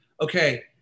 okay